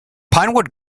pinewood